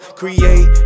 create